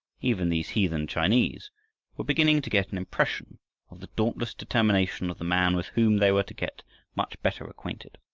even these heathen chinese were beginning to get an impression of the dauntless determination of the man with whom they were to get much better acquainted.